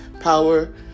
power